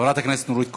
חברת הכנסת נורית קורן.